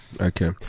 Okay